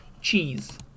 cheese